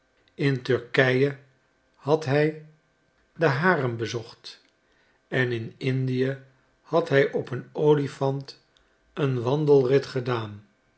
in turkije had hij den harem bezocht en in indië had hij op een olifant een wandelrit gedaan